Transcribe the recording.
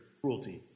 cruelty